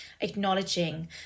acknowledging